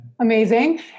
amazing